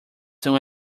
soon